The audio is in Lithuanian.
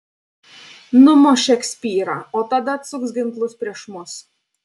numuš šekspyrą o tada atsuks ginklus prieš mus